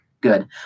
good